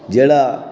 जेह्ड़ा